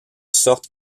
sorte